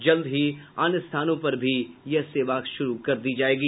जल्द ही अन्य स्थानों पर भी यह सेवा शुरू कर दी जायेगी